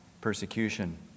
persecution